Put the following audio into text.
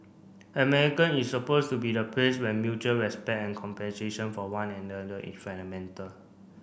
American is supposed to be the place where mutual respect and compensation for one another is fundamental